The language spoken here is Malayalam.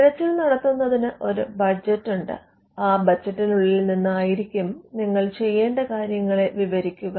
തിരച്ചിൽ നടത്തുന്നതിന് ഒരു ബജറ്റ് ഉണ്ട് ആ ബജറ്റിനുള്ളിൽ നിന്നായിരിക്കും നിങ്ങൾ ചെയ്യേണ്ട കാര്യങ്ങളെ വിവരിക്കുക